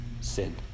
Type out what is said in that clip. sin